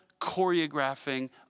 choreographing